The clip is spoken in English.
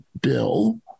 bill